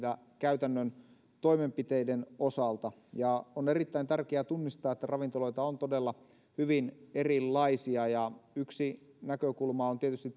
käytännön toimenpiteiden osalta on erittäin tärkeää tunnistaa että ravintoloita on todella hyvin erilaisia yksi näkökulma on tietysti